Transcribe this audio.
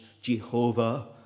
Jehovah